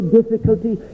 difficulty